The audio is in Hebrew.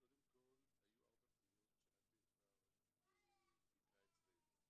קודם כל, היו ארבע פניות שאת העברת לבדיקה אצלנו.